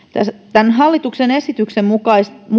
tämän hallituksen esityksen mukaisesti